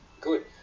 Good